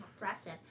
Impressive